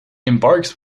embarks